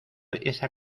esa